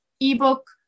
ebook